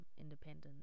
independence